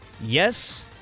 Yes